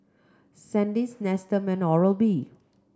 Sandisk Nestum and Oral B